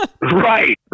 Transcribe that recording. right